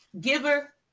giver